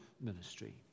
ministry